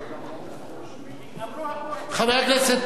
חבר הכנסת טיבי, הסתיימו קריאות הביניים.